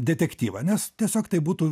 detektyvą nes tiesiog tai būtų